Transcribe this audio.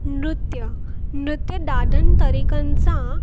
नृत्य नृत्य ॾाढनि तरीक़नि सां